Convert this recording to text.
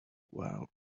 while